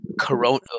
corona